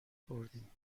بردیم